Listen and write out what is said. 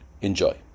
Enjoy